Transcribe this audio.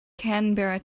canberra